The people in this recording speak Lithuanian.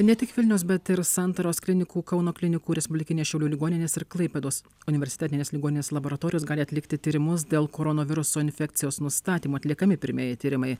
ne tik vilniaus bet ir santaros klinikų kauno klinikų respublikinės šiaulių ligoninės ir klaipėdos universitetinės ligoninės laboratorijos gali atlikti tyrimus dėl koronaviruso infekcijos nustatymo atliekami pirmieji tyrimai